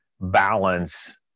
balance